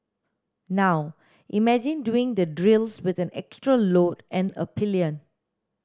now imagine doing the drills with an extra load and a pillion